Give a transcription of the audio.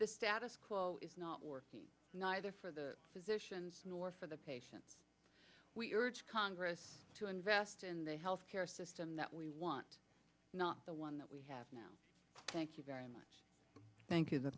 the status quo is not working neither for the physicians nor for the patients we urge congress to invest in the health care system that we want not the one that we have now thank you very much thank